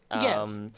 Yes